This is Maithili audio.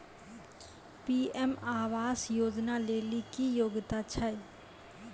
पी.एम आवास योजना लेली की योग्यता छै?